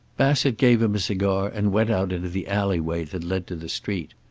bassett gave him a cigar and went out into the alley way that led to the street.